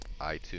iTunes